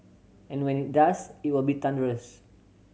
and when it does it will be thunderous